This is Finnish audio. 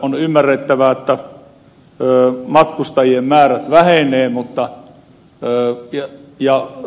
on ymmärrettävä että matkustajien määrät vähenevät